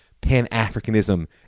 pan-Africanism